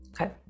Okay